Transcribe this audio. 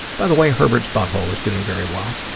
by the way, herbert's butthole is doing very well.